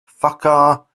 fakhar